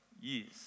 years